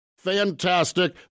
fantastic